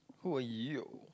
who are you